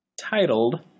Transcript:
titled